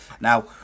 Now